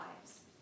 lives